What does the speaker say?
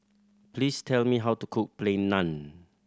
please tell me how to cook Plain Naan